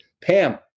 Pam